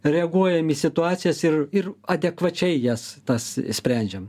reaguojam į situacijas ir ir adekvačiai jas tas sprendžiam